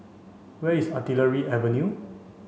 where is Artillery Avenue